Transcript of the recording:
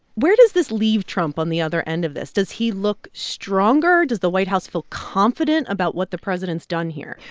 where does this leave trump on the other end of this? does he look stronger? does the white house feel confident about what the president's done here?